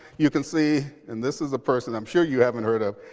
you can see. and this is a person i'm sure you haven't heard of,